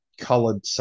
colored